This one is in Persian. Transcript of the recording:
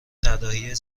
طرحهای